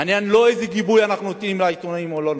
העניין הוא לא איזה גיבוי אנחנו נותנים לעיתונאים או לא נותנים.